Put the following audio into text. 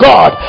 God